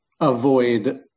avoid